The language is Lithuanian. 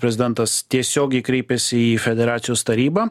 prezidentas tiesiogiai kreipėsi į federacijos tarybą